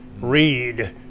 read